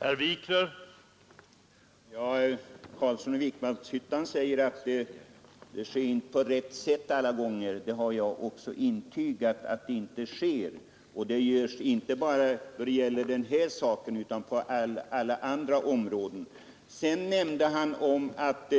Herr talman! Herr Carlsson i Vikmanshyttan säger att hyggesplöjningen inte sker på rätt sätt alla gånger. Det har jag också intygat och inte bara då det gäller den här saken, utan på alla andra områden. Sedan nämnde han att